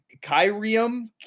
Kyrium